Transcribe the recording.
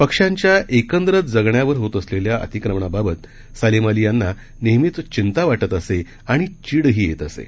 पक्षांच्या एकंदरच जगण्यावर होत असलेल्या अतिक्रमणाबाबत सालीम अली यांना नेहमीच चिंता वाटत असे आणि चीडही येत असे